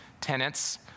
tenants